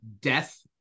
death